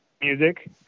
music